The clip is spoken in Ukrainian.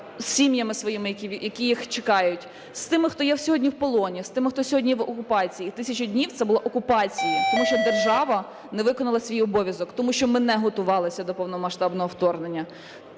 сім'ями своїми, які їх чекають, з тими, хто є сьогодні в полоні, з тими, хто сьогодні є в окупації, і 1000 днів це була окупація, тому що держава не виконала свій обов'язок, тому що ми не готувалися до повномасштабного вторгнення.